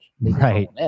right